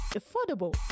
affordable